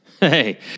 Hey